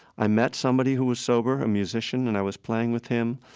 i met somebody who was sober, a musician, and i was playing with him.